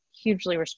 hugely